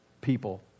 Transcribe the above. people